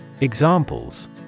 Examples